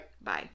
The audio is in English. bye